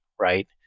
right